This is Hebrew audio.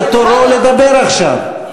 זה תורו לדבר עכשיו.